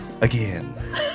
Again